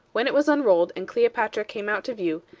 when it was unrolled, and cleopatra came out to view,